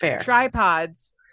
tripods